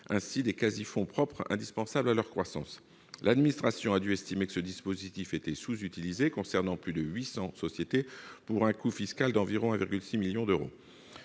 ainsi des quasi-fonds propres indispensables à leur croissance. L'administration a dû estimer que ce dispositif était sous-utilisé, concernant plus de 800 sociétés pour un coût fiscal d'environ 1,6 million d'euros.